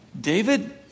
David